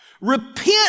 Repent